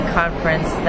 conference